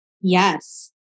Yes